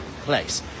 place